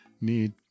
need